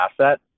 asset